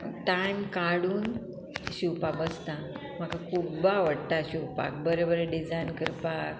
time काडून शिवपा बसता म्हाका खूब्ब आवडटा शिवपाक बरें बरें डिजायन करपाक